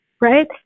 right